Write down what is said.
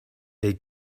they